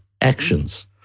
actions